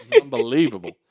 Unbelievable